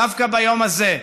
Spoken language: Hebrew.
דווקא ביום הזה,